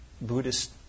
Buddhist